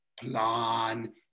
plan